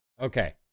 okay